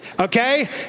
Okay